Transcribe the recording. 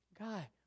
guy